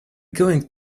going